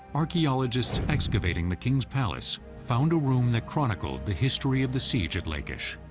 archaeologists excavating the king's palace found a room that chronicled the history of the siege at lachish.